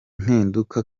mpinduka